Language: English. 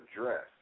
address